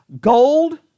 Gold